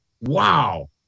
Wow